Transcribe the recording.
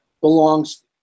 belongs